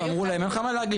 אמרו להם אין לך מה להגיש,